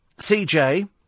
CJ